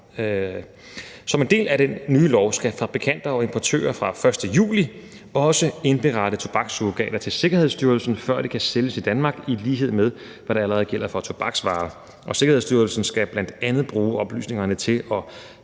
Som en del af den nye lov skal fabrikanter og importører fra den 1. juli også indberette tobakssurrogater til Sikkerhedsstyrelsen, før de kan sælges i Danmark, i lighed med hvad der allerede gælder for tobaksvarer. Og Sikkerhedsstyrelsen skal bl.a. bruge oplysningerne til at